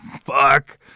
Fuck